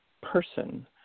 person